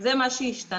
זה מה שהשתנה.